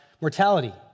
mortality